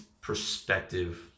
perspective